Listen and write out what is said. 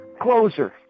closer